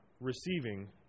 receiving